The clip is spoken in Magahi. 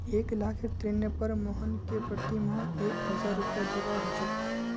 एक लाखेर ऋनेर पर मोहनके प्रति माह एक हजार रुपया दीबा ह छेक